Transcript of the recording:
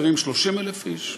גרים 30,000 איש,